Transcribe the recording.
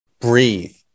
breathe